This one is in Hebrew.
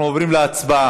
אנחנו עוברים להצבעה.